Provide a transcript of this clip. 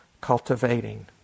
cultivating